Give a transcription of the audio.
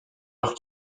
leur